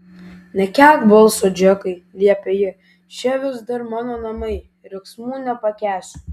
nekelk balso džekai liepė ji čia vis dar mano namai riksmų nepakęsiu